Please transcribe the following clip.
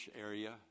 area